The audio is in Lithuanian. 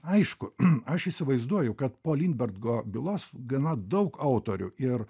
aišku aš įsivaizduoju kad po lindbergo bylos gana daug autorių ir